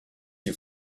you